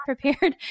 prepared